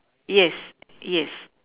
yes yes